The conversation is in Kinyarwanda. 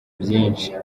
byinshi